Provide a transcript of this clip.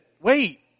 wait